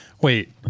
Wait